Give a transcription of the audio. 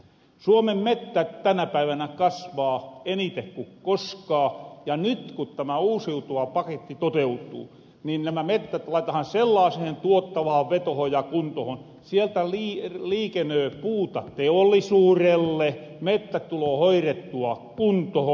suomen mettät tänä päivänä kasvaa enite ku koskaa ja nyt ku tämä uusiutuva paketti toteutuu niin nämä mettät laitetahan sellaasehen tuottavahan vetohon ja kuntohon että sieltä liikenöö puuta teollisuurelle mettä tuloo hoirettua kuntohon